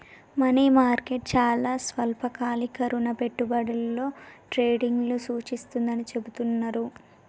money market చాలా స్వల్పకాలిక రుణ పెట్టుబడులలో ట్రేడింగ్ను సూచిస్తుందని చెబుతున్నరు